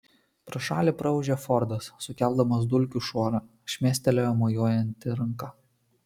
pro šalį praūžė fordas sukeldamas dulkių šuorą šmėstelėjo mojuojanti ranka